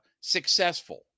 successful